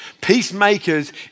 Peacemakers